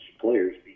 players